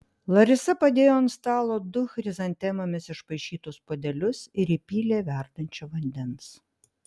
larisa padėjo ant stalo du chrizantemomis išpaišytus puodelius ir įpylė verdančio vandens